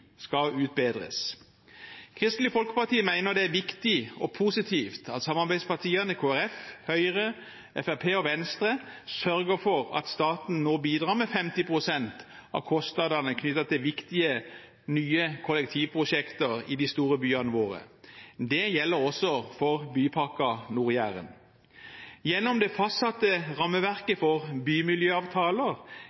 viktig og positivt at samarbeidspartiene Kristelig Folkeparti, Høyre, Fremskrittspartiet og Venstre sørger for at staten nå bidrar med 50 pst. av kostnadene knyttet til viktige nye kollektivprosjekter i de store byene våre. Det gjelder også for Bypakke Nord-Jæren. Gjennom det fastsatte